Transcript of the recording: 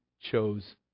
chose